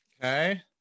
Okay